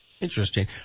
Interesting